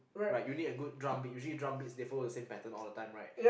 right you need a good drum beat right usually drum beats usually they follow the same pattern right